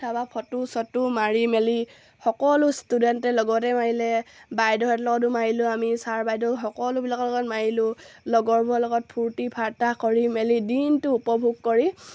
তাৰপৰা ফটো চটো মাৰি মেলি সকলো ষ্টুডেণ্টে লগতে মাৰিলে বাইদেউহঁতৰ লগতো মাৰিলোঁ আমি ছাৰ বাইদেউ সকলোবিলাকৰ লগত মাৰিলোঁ লগৰবোৰৰ লগত ফূৰ্তি ফাৰ্তা কৰি মেলি দিনটো উপভোগ কৰি